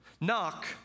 Knock